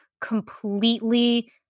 completely